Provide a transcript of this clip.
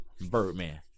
Birdman